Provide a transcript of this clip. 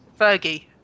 Fergie